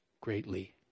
greatly